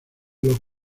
los